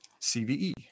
CVE